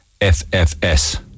FFS